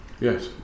Yes